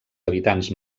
habitants